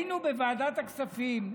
בוועדת הכספים,